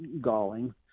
galling